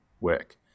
work